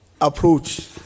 approach